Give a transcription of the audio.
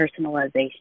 personalization